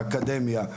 באקדמיה.